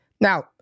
Now